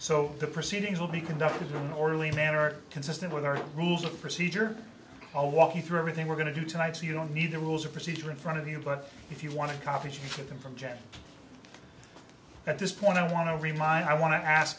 so the proceedings will be conducted in an orderly manner consistent with our rules of procedure i'll walk you through everything we're going to do tonight so you don't need the rules of procedure in front of you but if you want to copy for them from jen at this point i want to remind i wan